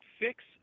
fix